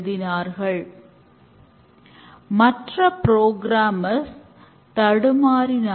அப்படி செய்தால் அது எப்போதுமே ஒருங்கிணையாது